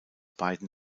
beiden